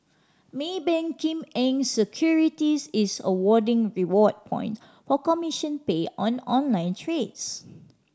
Maybank Kim Eng Securities is awarding reward point for commission paid on online trades